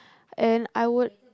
and I would